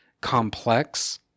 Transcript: complex